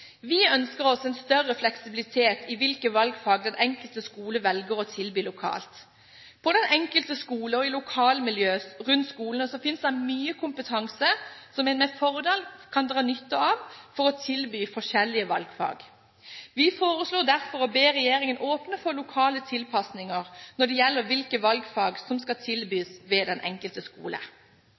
Vi ønsker oss en større fleksibilitet i hvilke valgfag den enkelte skole velger å tilby lokalt. På den enkelte skole og i lokalmiljøet rundt skolene finnes det mye kompetanse som en med fordel kan dra nytte av for å tilby forskjellige valgfag. Vi foreslår derfor å be regjeringen åpne for lokale tilpasninger når det gjelder hvilke valgfag som skal tilbys ved den enkelte skole.